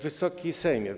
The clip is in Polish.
Wysoki Sejmie!